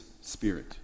spirit